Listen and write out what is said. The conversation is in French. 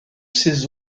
ces